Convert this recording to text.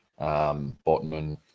Botman